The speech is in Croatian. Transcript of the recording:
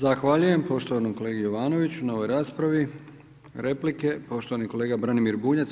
Zahvaljujem poštovanom kolegi Jovanoviću na ovoj raspravi, replike poštovani kolega Branimir Bunjac.